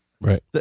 Right